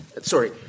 sorry